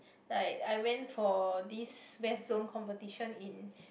like I went for this west zone competition in